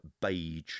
beige